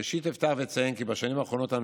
ראשית אפתח ואציין כי בשנים האחרונות אנו